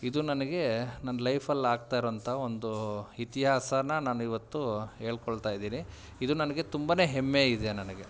ಇದು ನನಗೆ ನನ್ನ ಲೈಫಲ್ಲಿ ಆಗ್ತಾ ಇರೋವಂಥ ಒಂದು ಇತಿಹಾಸನ ನಾನು ಇವತ್ತೂ ಹೇಳ್ಕೊಳ್ತ ಇದೀನಿ ಇದು ನನಗೆ ತುಂಬ ಹೆಮ್ಮೆ ಇದೆ ನನಗೆ